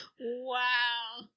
Wow